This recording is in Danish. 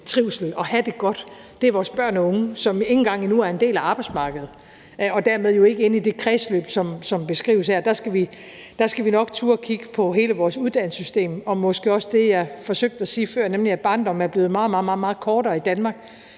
trivsel og at have det godt, er vores børn og unge, som ikke engang endnu er en del af arbejdsmarkedet og dermed jo ikke inde i det kredsløb, som beskrives her. Der skal vi nok turde kigge på hele vores uddannelsessystem og måske også det, jeg forsøgte at sige før, nemlig at barndommen er blevet meget, meget kortere i Danmark,